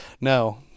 no